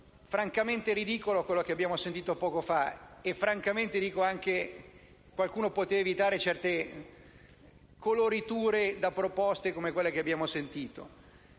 francamente ridicolo quello che abbiamo sentito poco fa: qualcuno potrebbe evitare certe coloriture e proposte come quelle che abbiamo sentito.